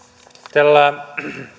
tällä